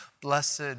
Blessed